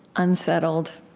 unsettled,